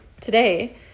Today